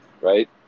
right